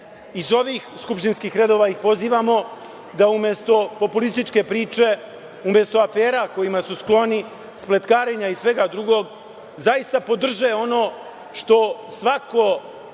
ovih skupštinskih redova ih pozivamo da, umesto populističke priče, umesto afera kojima su skloni, spletkarenja i svega drugog, zaista podrže ono što svako